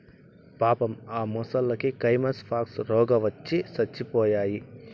పాపం ఆ మొసల్లకి కైమస్ పాక్స్ రోగవచ్చి సచ్చిపోయాయి